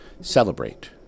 celebrate